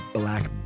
black